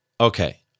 Okay